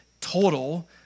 total